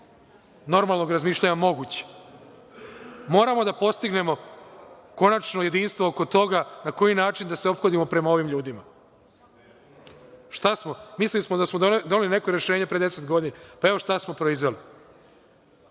normalnog razmišljanja moguća. Moramo da postignemo konačno jedinstvo oko toga na koji način da se ophodimo prema ovim ljudima. Mislili smo da su doneli neko rešenje pre 10 godina. Pa, evo, šta smo proizveli. Hvala